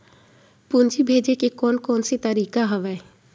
पूंजी भेजे के कोन कोन से तरीका हवय?